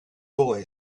boy